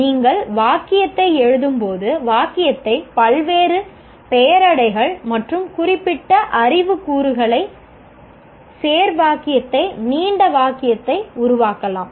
நீங்கள் வாக்கியத்தை எழுதும் போது வாக்கியத்தை பல்வேறு பெயரடைகள் மற்றும் குறிப்பிட்ட அறிவு கூறுகளைச் சேர்வாக்கியத்தை நீண்ட வாக்கியத்தை உருவாக்கலாம்